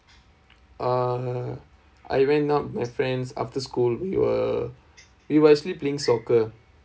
uh I went out with my friends after school we were we were actually playing soccer